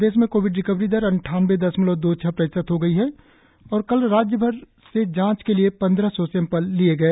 प्रदेश में Covid recovery दर अट्रानवे दशमलव दो छह प्रतिशत हो गई है और कल राज्य भर से जांच के लिए पांच सौ तेरह सैंपल लिए गए